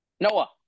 Noah